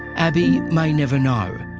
abii may never know.